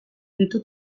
ditu